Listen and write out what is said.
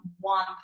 one